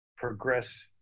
Progress